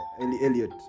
Elliot